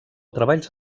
treballs